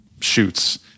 shoots